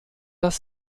das